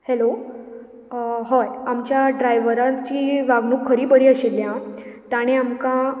hello हय आमच्या ड्रायव्हराची वागणूक खरी बरी आशिल्ली आं ताणें आमकां